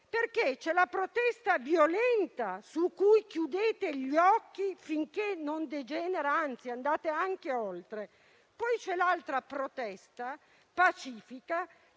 infatti la protesta violenta su cui chiudete gli occhi finché non degenera (anzi, andate anche oltre) e poi c'è l'altra protesta, pacifica,